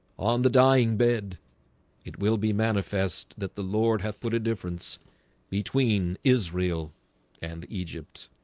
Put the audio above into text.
on the dying bed it will be manifest that the lord hath put a difference between israel and egypt